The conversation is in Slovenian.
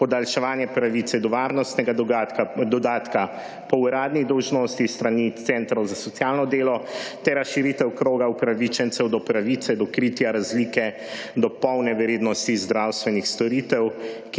podaljševanje pravice do varnostnega dodatka po uradni dolžnosti s strani centrov za socialno delo ter razširitev kroga upravičencev do pravice do kritja razlike do polne vrednosti zdravstvenih storitev,